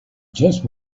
just